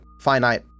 finite